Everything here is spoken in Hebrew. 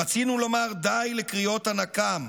רצינו לומר די לקריאות הנקם.